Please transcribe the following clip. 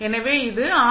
எனவே இது ஆர்